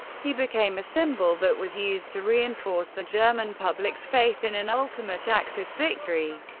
he became a symbol that was used to reinforce the german public's faith in an ultimate axis victory.